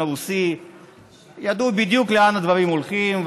הרוסי ידעו בדיוק לאן הדברים הולכים,